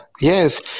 Yes